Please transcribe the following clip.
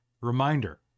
Reminder